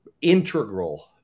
integral